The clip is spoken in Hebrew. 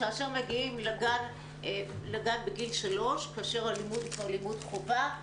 כאשר מגיעים לגן בגיל שלוש כאשר הלימוד הוא כבר לימוד חובה,